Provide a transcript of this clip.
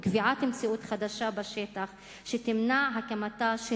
וקביעת מציאות חדשה בשטח שתמנע הקמתה של